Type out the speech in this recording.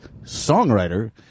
songwriter